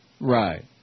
right